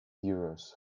euros